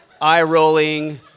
Eye-rolling